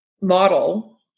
model